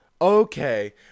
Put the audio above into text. okay